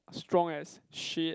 strong as shit